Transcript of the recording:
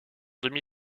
demi